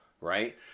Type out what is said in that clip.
right